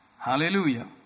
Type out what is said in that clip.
Hallelujah